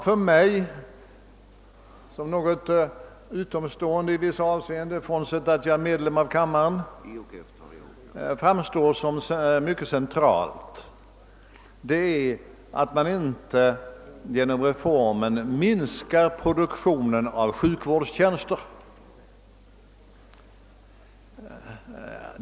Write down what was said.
För mig som i dessa hänseenden är utomstående, bortsett från att jag är ledamot av kammaren, framstår det som mycket centralt, att man genom reformen inte minskar produktionen av sjukvårdstjänster.